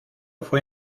fue